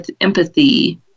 empathy